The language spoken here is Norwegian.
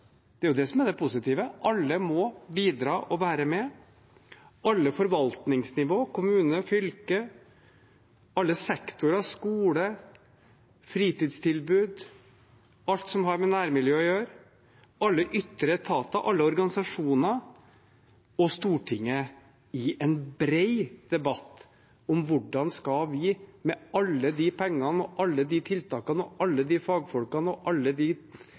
Det er det som er det positive, alle må bidra og være med – alle forvaltningsnivå, kommune, fylke, alle sektorer, skole, fritidstilbud, alt som har med nærmiljø å gjøre, alle ytre etater, alle organisasjoner og Stortinget – i en bred debatt om hvordan vi, med alle de pengene og alle de tiltakene og alle de fagfolkene og alle de